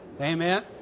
Amen